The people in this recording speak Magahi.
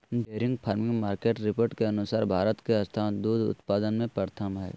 डेयरी फार्मिंग मार्केट रिपोर्ट के अनुसार भारत के स्थान दूध उत्पादन में प्रथम हय